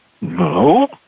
No